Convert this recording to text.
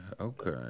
Okay